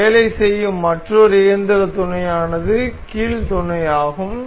நாம் வேலை செய்யும் மற்றொரு இயந்திரத் துணையானது கீல் துணையாகும்